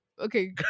okay